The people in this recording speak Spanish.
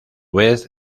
vez